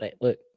Look